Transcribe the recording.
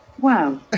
Wow